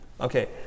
okay